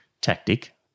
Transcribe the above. tactic